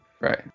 Right